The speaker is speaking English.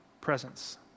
presence